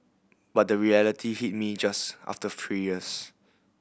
but the reality hit me just after three years